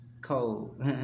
Cold